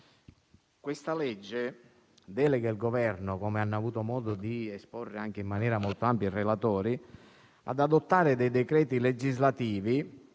esame delega il Governo, come hanno avuto modo di esporre anche in maniera molto ampia i relatori, ad adottare entro sei mesi